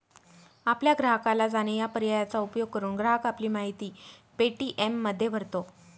आपल्या ग्राहकाला जाणे या पर्यायाचा उपयोग करून, ग्राहक आपली माहिती पे.टी.एममध्ये भरतो